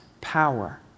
power